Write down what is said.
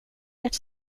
ert